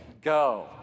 Go